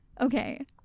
okay